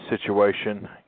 situation